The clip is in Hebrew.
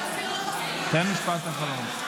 תן משפט אחרון.